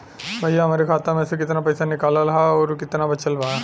भईया हमरे खाता मे से कितना पइसा निकालल ह अउर कितना बचल बा?